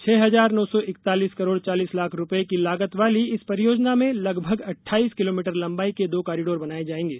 छह हजार नौ सौ इकतालीस करोड़ चालीस लाख रुपये की लागत वाली इस परियोजना में लगभग अट्ठाइस किलोमीटर लंबाई के दो कॉरीडोर बनाये जायेंगे